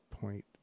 point